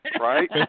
right